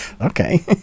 okay